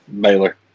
Baylor